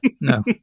No